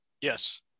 Yes